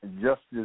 justice